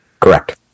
Correct